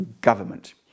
government